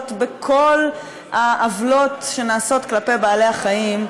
על כל העוולות שנעשות כלפי בעלי-החיים,